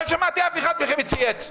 לא שמעתי אף אחד מכם מצייץ.